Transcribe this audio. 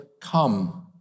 come